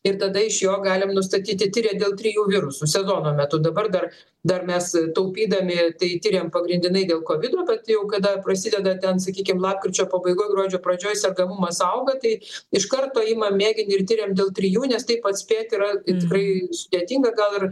ir tada iš jo galim nustatyti tiria dėl trijų virusų sezono metu dabar dar dar mes taupydami tai tiriam pagrindinai dėl kovido bet jau kada prasideda ten sakykim lapkričio pabaigoj gruodžio pradžioj sergamumas auga tai iš karto imam mėginį ir tiriam dėl trijų nes taip atspėti yra tikrai sudėtinga gal ir